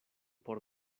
por